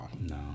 no